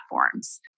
platforms